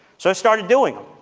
so i started doing them.